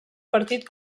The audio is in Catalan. partit